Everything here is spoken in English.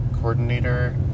coordinator